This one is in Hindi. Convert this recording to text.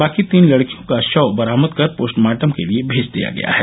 बाकी तीन लड़कियों का शव बरामद कर पोस्टमार्टम के लिये मेज दिया गया है